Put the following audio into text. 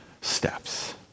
steps